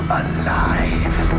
alive